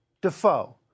Defoe